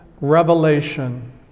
revelation